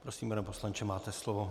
Prosím, pane poslanče, máte slovo.